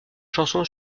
chanson